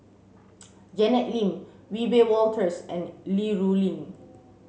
Janet Lim Wiebe Wolters and Li Rulin